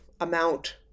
amount